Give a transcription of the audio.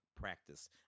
practice